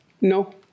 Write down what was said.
No